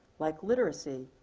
like literacy,